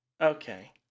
Okay